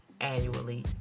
annually